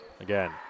again